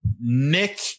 Nick